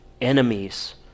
enemies